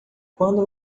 quando